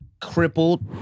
Crippled